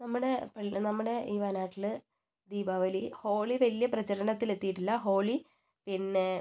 നമ്മുടെ നമ്മുടെ ഈ വയനാട്ടില് ദീപാവലി ഹോളി വലിയ പ്രചരണത്തിൽ എത്തിയിട്ടില്ല ഹോളി പിന്നെ